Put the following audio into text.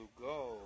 go